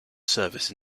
service